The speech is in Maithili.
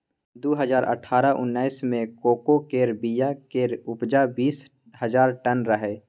दु हजार अठारह उन्नैस मे कोको केर बीया केर उपजा बीस हजार टन रहइ